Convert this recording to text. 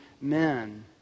men